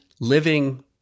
living